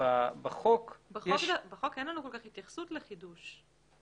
בחוק אין לנו כל כך התייחסות לחידוש.